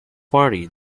party